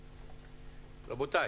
רבותיי,